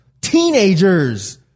Teenagers